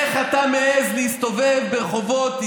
איך אתה מעז להסתובב ברחובות ישראל?